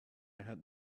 had